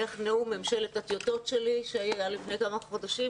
איך נאום ממשלת הטיוטות שלי שהיה לפני כמה חודשים,